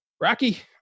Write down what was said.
Rocky